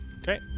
Okay